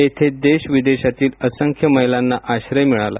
येथे देश विदेशातील असंख्य महिलांना आश्रय मिळाला